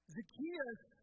Zacchaeus